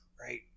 right